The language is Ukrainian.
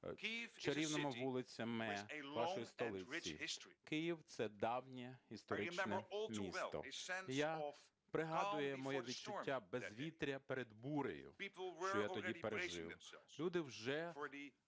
Київ – це давнє історичне місто. Я пригадую моє відчуття безвітря перед бурею, що я тоді пережив.